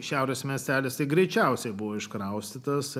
šiaurės miestelis greičiausiai buvo iškraustytas